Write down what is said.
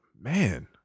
man